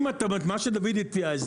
מה שדוד הציע,